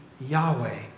Yahweh